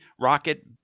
rocket